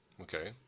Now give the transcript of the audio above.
Okay